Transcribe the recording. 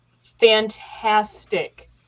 fantastic